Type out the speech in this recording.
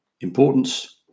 Importance